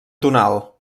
tonal